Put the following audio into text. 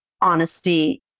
honesty